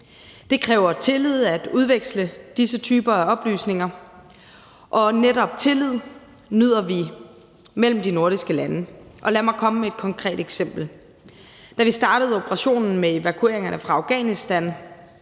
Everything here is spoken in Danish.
Det kræver tillid at udveksle disse typer af oplysninger, og netop tillid nyder vi mellem de nordiske lande. Lad mig komme med et konkret eksempel. Da vi startede operationen med evakueringerne fra Afghanistan,